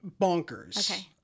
bonkers